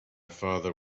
father